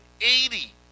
eighty